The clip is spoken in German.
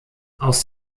aus